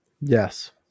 Yes